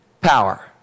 power